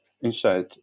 inside